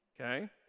okay